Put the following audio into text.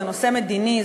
זה נושא מדיני,